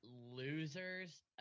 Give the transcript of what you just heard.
Losers